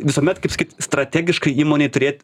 visuomet kaip sakyt strategiškai įmonei turėt